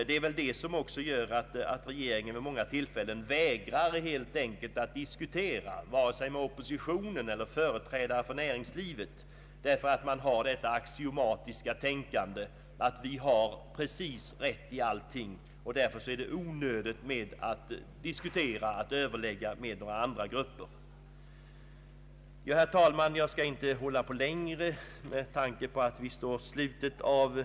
Regeringen har ju också vid många tillfällen helt enkelt vägrat att diskutera, såväl med oppositionen som med olika företrädare för näringslivet, helt enkelt därför att regeringens representanter anser det axiomatiskt att de har rätt i allting och att det är onödigt att diskutera och Ööverlägga med andra grupper. Herr talman! Jag skall inte tala längre med tanke på att vi står vid slutet av Ang.